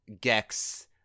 Gex